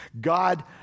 God